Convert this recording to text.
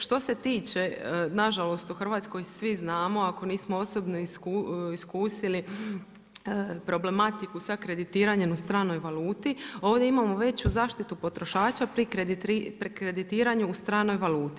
Što se tiče na žalost u Hrvatskoj svi znamo ako nismo osobno iskusili problematiku sa kreditiranjem u stranoj valuti, ovdje imamo veću zaštitu potrošača pri kreditiranju u stranoj valuti.